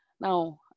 Now